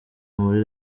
muri